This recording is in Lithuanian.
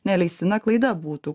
neleistina klaida būtų